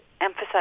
emphasize